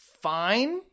fine